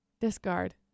Discard